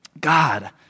God